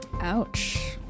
Ouch